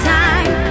time